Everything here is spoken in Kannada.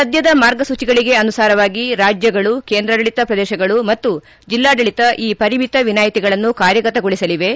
ಸದ್ಯದ ಮಾರ್ಗಸೂಚಿಗಳಿಗೆ ಅನುಸಾರವಾಗಿ ರಾಜ್ಯಗಳು ಕೇಂದ್ರಾಡಳಿತ ಪ್ರದೇಶಗಳು ಮತ್ತು ಜಿಲ್ಲಾಡಳಿತ ಈ ಪರಿಮಿತ ವಿನಾಯಿತಿಗಳನ್ನು ಕಾರ್ಯಗತಗೊಳಿಸಲಿವೆ